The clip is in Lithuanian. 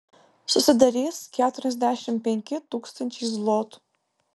susidarys keturiasdešimt penki tūkstančiai zlotų